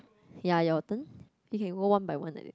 ya your turn you can go one by one like that